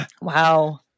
Wow